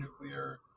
nuclear